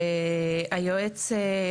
היועץ,